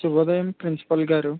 శుభోదయం ప్రిన్సిపాల్ గారు